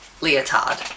leotard